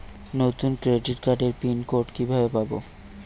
নতুন ক্রেডিট কার্ডের pin code কিভাবে পাব?